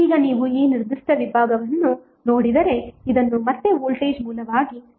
ಈಗ ನೀವು ಈ ನಿರ್ದಿಷ್ಟ ವಿಭಾಗವನ್ನು ನೋಡಿದರೆ ಇದನ್ನು ಮತ್ತೆ ವೋಲ್ಟೇಜ್ ಮೂಲವಾಗಿ ಪರಿವರ್ತಿಸಬಹುದು